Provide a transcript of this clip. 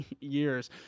years